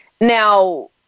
Now